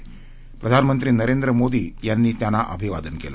पंतप्रधान नरेंद्र मोदी यांनी त्यांना अभिवादन केलं